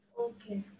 Okay